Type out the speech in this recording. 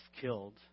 killed